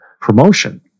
promotion